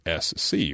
SC